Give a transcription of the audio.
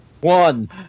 One